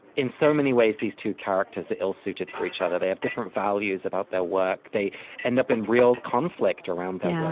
in so many ways, these two characters are ill-suited for each other. they have different values about their work. they end up in real conflict around their